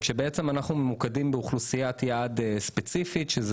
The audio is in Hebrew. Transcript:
אנחנו מתמקדים באוכלוסיית יעד ספציפית שהם